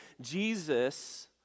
Jesus